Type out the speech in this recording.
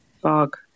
fog